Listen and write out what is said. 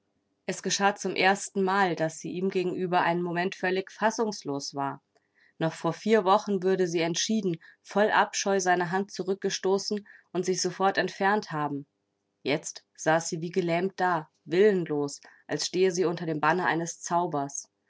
es geschah zum erstenmal daß sie ihm gegenüber einen moment völlig fassungslos war noch vor vier wochen würde sie entschieden voll abscheu seine hand zurückgestoßen und sich sofort entfernt haben jetzt saß sie wie gelähmt da willenlos als stehe sie unter dem banne eines zaubers